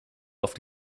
auf